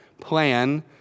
plan